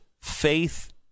faith